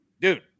dude